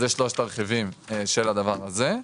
אלה שלושת הרכיבים של הדבר הזה.